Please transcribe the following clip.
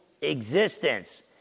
existence